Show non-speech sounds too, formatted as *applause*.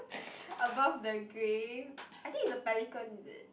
*breath* above the grey I think is a pelican is it